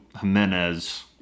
Jimenez